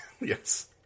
Yes